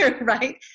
right